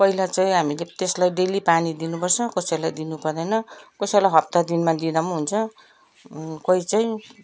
कोहीलाई चाहिँ हामीले त्यसलाई डेली पानी दिनु पर्छ कसैलाई दिनु पर्दैन कसैलाई हप्ता दिनमा दिँदा हुन्छ कोही चाहिँ